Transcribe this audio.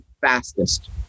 fastest